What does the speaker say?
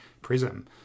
prism